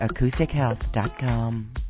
AcousticHealth.com